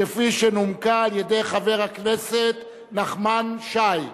כפי שנומקה על-ידי חבר הכנסת נחמן שי.